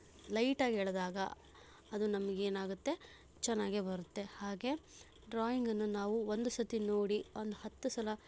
ಲೈಟಾಗಿ ಎಳೆದಾಗ ಅದು ನಮಗೇನಾಗತ್ತೆ ಚೆನ್ನಾಗೆ ಬರುತ್ತೆ ಹಾಗೆ ಡ್ರಾಯಿಂಗನ್ನು ನಾವು ಒಂದು ಸತಿ ನೋಡಿ ಒಂದು ಹತ್ತು ಸಲ